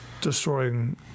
destroying